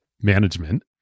management